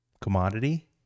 commodity